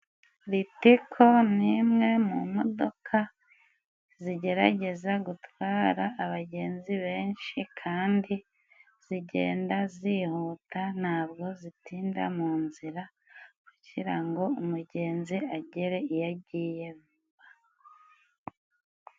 Ritiko ni imwe mu modoka zigerageza gutwara abagenzi benshi kandi zigenda zihuta, ntabwo zitinda mu nzira kugira ngo umugenzi agere iyo agiye vuba.